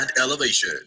elevation